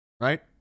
Right